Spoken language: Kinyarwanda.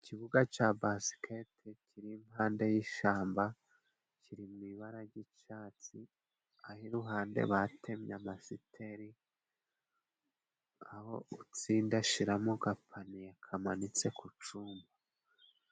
Ikibuga cya basiketi kiri impande y'ishamba kiri mu ibara ry'icatsi, aho iruhande batemye amasiteri, aho utsinda ashyira mu gapaniye kamanitse ku cuma.